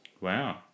Wow